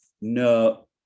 No